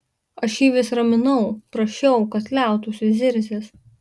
aš jį vis raminau prašiau kad liautųsi zirzęs